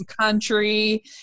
country